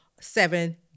seven